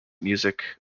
music